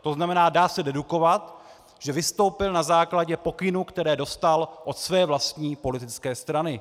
To znamená, dá se dedukovat, že vystoupil na základě pokynů, které dostal od své vlastní politické strany.